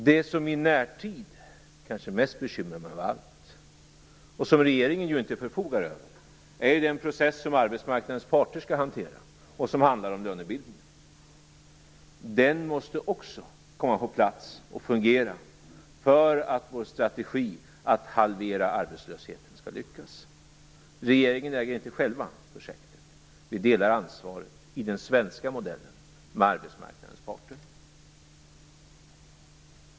Det som i närtid kanske bekymrar mig mest av allt, och som regeringen inte förfogar över, är den process som arbetsmarknadens parter skall hantera som handlar om lönebildningen. Den måste också komma på plats och fungera för att vår strategi att halvera arbetslösheten skall lyckas. Regeringen äger inte själv projektet. Vi delar i den svenska modellen ansvaret med arbetsmarknadens parter.